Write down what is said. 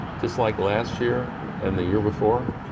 just like last year and the year before?